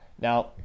now